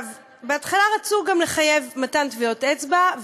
בהתחלה רצו גם לחייב מתן טביעות אצבע,